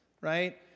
right